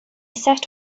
set